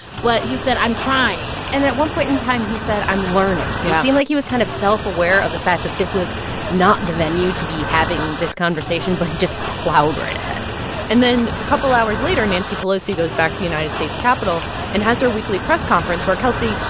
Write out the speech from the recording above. but he said, i'm trying and at one point in time, he said, i'm learning yeah it seemed like he was kind of self-aware of the fact that this was not the venue to be having this conversation. but he just plowed right ahead and then a couple hours later, nancy pelosi goes back to the united states capitol and has her weekly press conference, where, kelsey,